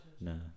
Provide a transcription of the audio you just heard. No